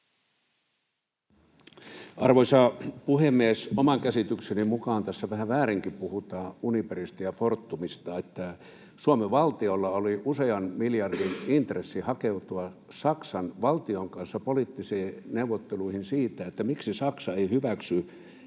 Arvoisa puhemies! Oman käsitykseni mukaan tässä vähän väärinkin puhutaan Uniperista ja Fortumista. Suomen valtiolla oli usean miljardin intressi hakeutua Saksan valtion kanssa poliittisiin neuvotteluihin siitä, miksi Saksa ei hyväksy